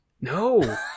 no